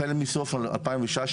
החל מסוף 2016,